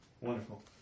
Wonderful